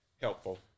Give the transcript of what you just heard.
Helpful